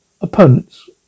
opponents